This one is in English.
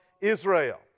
Israel